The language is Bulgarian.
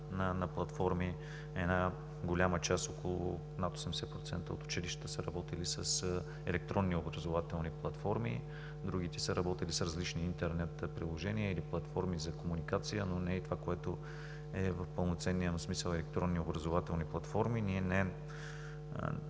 на платформи. Една голяма част – около над 80%, от училищата, са работили с електронни образователни платформи, другите са работили с различни интернет приложения или платформи за комуникация, но не и с това, което е в пълноценния му смисъл – електронни образователни платформи. Ние не